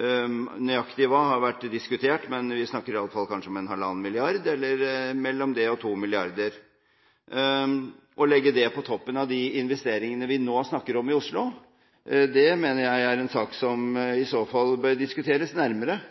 Nøyaktig hvor stort har vært diskutert, men vi snakker i alle fall kanskje om mellom 1,5 og 2 mrd. kr. Å legge det på toppen av de investeringene vi nå snakker om i Oslo, mener jeg er en sak som i så fall bør diskuteres nærmere